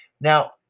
Now